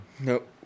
Nope